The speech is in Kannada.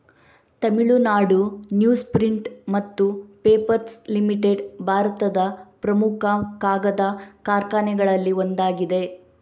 ತಮಿಳುನಾಡು ನ್ಯೂಸ್ ಪ್ರಿಂಟ್ ಮತ್ತು ಪೇಪರ್ಸ್ ಲಿಮಿಟೆಡ್ ಭಾರತದ ಪ್ರಮುಖ ಕಾಗದ ಕಾರ್ಖಾನೆಗಳಲ್ಲಿ ಒಂದಾಗಿದೆ